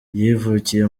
yavukiye